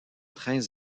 trains